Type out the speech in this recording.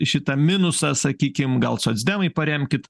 šitą minusą sakykim gal socdemai paremkit